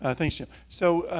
ah thanks jim. so,